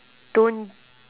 don't